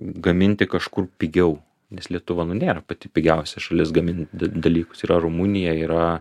gaminti kažkur pigiau nes lietuva nu nėra pati pigiausia šalis gamint dalykus yra rumunija yra